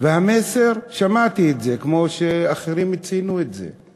והמסר, שמעתי את זה, כמו שאחרים ציינו את זה.